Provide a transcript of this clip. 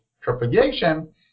propagation